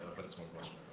but it's one question,